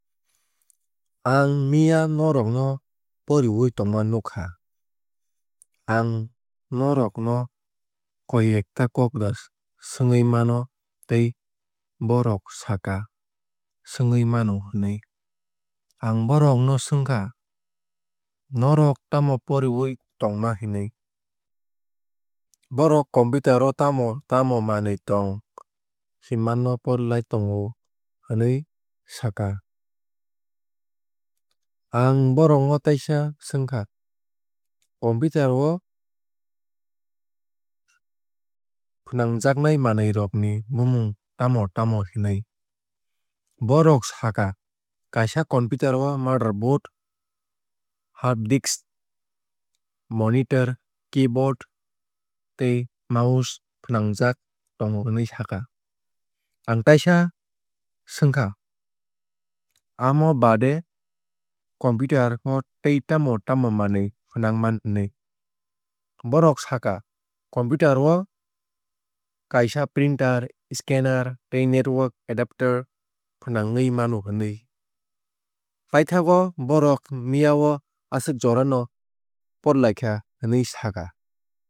Ang mia norok no poriwui tongma nukkha. Ang norok no koi ekta kok da swngwui mano tei bohrok sakha swngwui mano hinui. Ang bohrok no swngkha norok tamo poriwui tongma hinui. Bohrok computer o tamo tamo manwui tong hinma no porilai tongo hinui sakha. Ang bohrok no teisa swngkha computer o fwnajaknai manwui rok ni bumung tamo tamo hinui. Bohrok sakha kaisa computer o motherboard hard disk monitor keyboard tei mouse fwnangjak tongo hinui sakha. Ang teisa swngkha amo baade computer o tei tamo tamo manwui fwnangman hinui. Bhorok sakha computer o kaisa printer scanner tei network adapter fwnangwui mano hinui. Paithakgo bohrok mia o aswk jora no porikha hinui sakha.